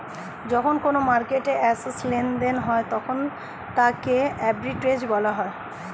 যখন কোনো মার্কেটে অ্যাসেট্ লেনদেন হয় তখন তাকে আর্বিট্রেজ বলা হয়